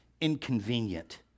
inconvenient